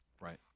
Right